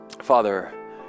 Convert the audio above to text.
Father